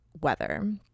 weather